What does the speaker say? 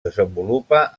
desenvolupa